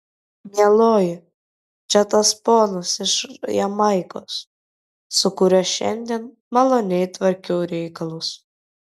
mieloji čia tas ponas iš jamaikos su kuriuo šiandien maloniai tvarkiau reikalus